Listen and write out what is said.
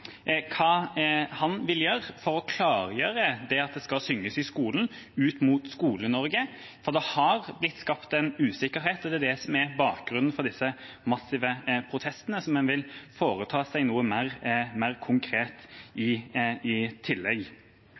hva han vil gjøre for å klargjøre ut mot Skole-Norge at det skal synges i skolen. For det er blitt skapt en usikkerhet, og det er det som er bakgrunnen for disse massive protestene: at en vil foreta seg noe mer konkret i tillegg.